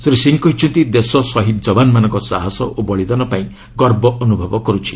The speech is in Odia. ଶ୍ରୀ ସିଂହ କହିଛନ୍ତି ଦେଶ ଶହୀଦ୍ ଯବାନମାନଙ୍କ ସାହସ ଓ ବଳିଦାନ ପାଇଁ ଗର୍ବ ଅନୁଭବ କରୁଛି